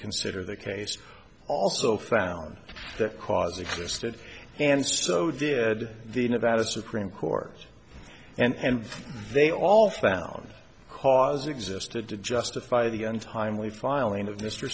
consider the case also found that cause existed and so did the nevada supreme court and they all found cause existed to justify the untimely filing of mr